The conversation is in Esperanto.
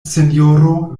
sinjoro